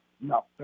No